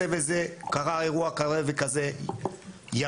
כמו: "בתאריך כך וכך קרה אירוע כזה וכזה,